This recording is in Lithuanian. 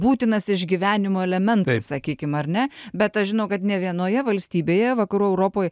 būtinas išgyvenimo elementas sakykim ar ne bet aš žinau kad ne vienoje valstybėje vakarų europoj